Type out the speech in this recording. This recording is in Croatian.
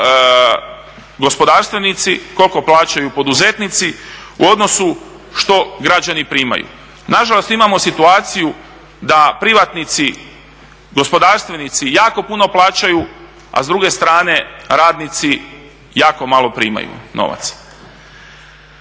plaćaju gospodarstvenici, koliko plaćaju poduzetnici u odnosu što građani primaju. Nažalost, imamo situaciju da privatnici gospodarstvenici jako puno plaćaju, a s druge strane radnici jako malo primaju novac.